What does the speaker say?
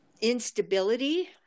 instability